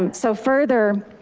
um so further,